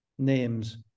names